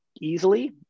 easily